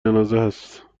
جنازهست